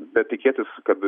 bet tikėtis kad